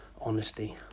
honesty